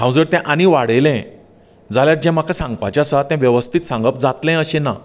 हांव जर तें आनी वाडयलें जाल्यार जें म्हाका सांगपाचें आसा तें वेवस्थीत सांगप जातलें अशें ना